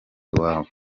iwabo